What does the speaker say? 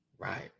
Right